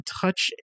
Touch